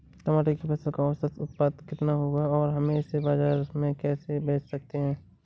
टमाटर की फसल का औसत उत्पादन कितना होगा और हम इसे बाजार में कैसे बेच सकते हैं?